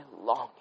longing